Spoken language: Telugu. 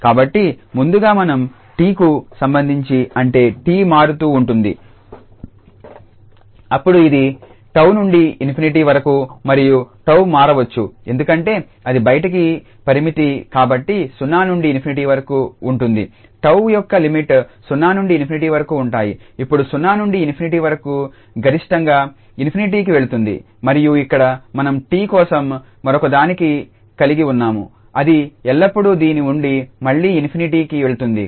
కాబట్టి ముందుగా మనం 𝑡కు సంబంధించిఅంటే 𝑡 మారుతూ ఉంటుంది అప్పుడు ఇది 𝜏 నుండి ∞ వరకు మరియు 𝜏 మారవచ్చు ఎందుకంటే అది బయటి పరిమితి కాబట్టి 0 నుండి ∞ వరకు ఉంటుంది 𝜏 యొక్క లిమిట్స్ 0 నుండి ∞ వరకు ఉంటాయి ఇప్పుడు 0 నుండి ∞ వరకు గరిష్టంగా ∞కి వెళుతుంది మరియు ఇక్కడ మనం 𝑡 కోసం మరొకదానిని కలిగి ఉన్నాము అది ఎల్లప్పుడూ దీని నుండి మళ్లీ ∞కి వెళ్తుంది